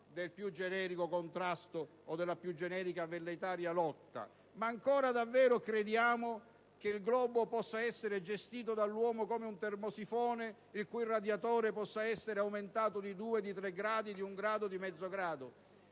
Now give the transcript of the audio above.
del più generico contrasto o della più generica velleitaria lotta. Davvero crediamo ancora che il globo possa essere gestito dall'uomo come un termosifone il cui radiatore possa essere aumentato di due o tre gradi o di mezzo grado